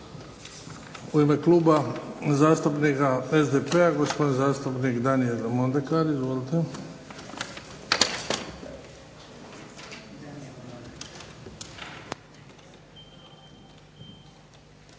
U ime Kluba zastupnika SDP-a gospodin zastupnik Daniel Mondekar. Izvolite.